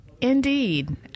indeed